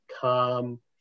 calm